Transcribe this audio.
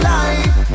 life